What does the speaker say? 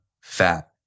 fat